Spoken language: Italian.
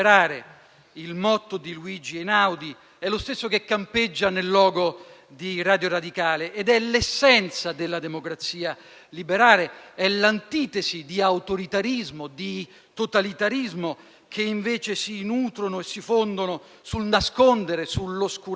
il motto di Luigi Einaudi, è lo stesso che campeggia nel logo di Radio Radicale ed è l'essenza della democrazia liberale e l'antitesi di autoritarismo, di totalitarismo, che invece si nutrono e si fondano sul nascondere, sull'oscurare.